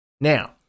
now